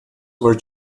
were